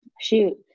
shoot